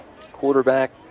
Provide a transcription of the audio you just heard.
Quarterback